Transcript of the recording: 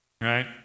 Right